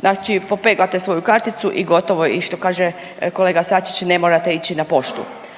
Znači popeglate svoju karticu i gotovo i što kaže kolega Sačić ne morate ići na poštu.